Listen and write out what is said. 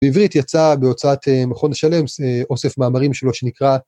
בעברית יצא בהוצאת מכון השלם אוסף מאמרים שלו, שנקרא